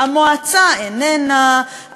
המועצה איננה,